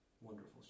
wonderful